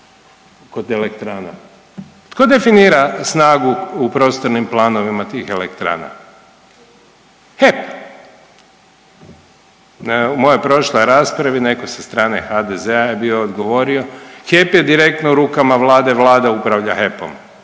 kod elektrana. Tko definira snagu u prostornim planovima tih elektrana? HEP. U mojoj prošloj raspravi netko sa strane HDZ-a je bio odgovorio HEP je direktno u rukama Vlade, Vlada upravlja HEP-om.